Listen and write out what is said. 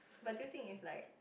but do you think it's like